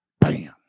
Bam